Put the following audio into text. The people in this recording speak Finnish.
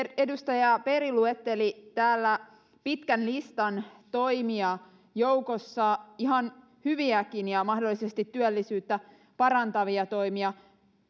edustaja berg luetteli täällä pitkän listan toimia joukossa oli ihan hyviäkin ja mahdollisesti työllisyyttä parantavia toimia